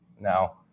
Now